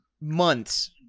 months